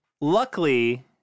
luckily